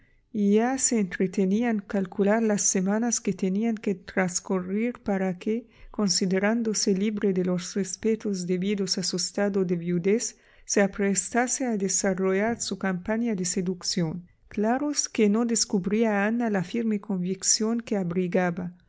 y ya se entretenía en calcular las semanas que tenían que transcurrir para que considerándose libre de los respetos debidos a su estado de viudez se aprestase a desarrollar su campaña de seducción claro es que no descubría a ana la firme convicción que abrigaba